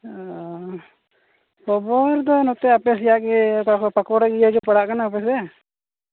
ᱚ ᱠᱷᱚᱵᱚᱨ ᱫᱚ ᱱᱚᱛᱮ ᱟᱯᱮ ᱥᱮᱭᱟᱜ ᱜᱮ ᱚᱠᱟ ᱯᱟᱹᱠᱩᱲ ᱤᱭᱟᱹ ᱜᱮ ᱯᱟᱲᱟᱜ ᱠᱟᱱᱟ ᱟᱯᱮ